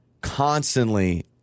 constantly